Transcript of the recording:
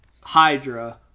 Hydra